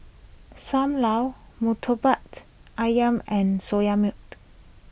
Sam Lau Murtabak Ayam and Soya Milk